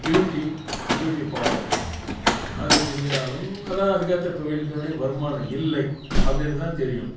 beauty beauty parlour அது செஞ்சாலும் அதுதான் அதுக்கேற்ற தொழில்களுடைய வருமானம் இல்லை அப்படின்றதுதான் தெரியும்